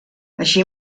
així